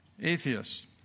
Atheists